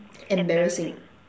embarrassing